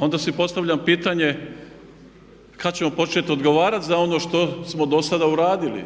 onda si postavljam pitanje kad ćemo početi odgovarati za ono što smo dosada uradili?